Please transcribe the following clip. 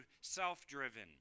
self-driven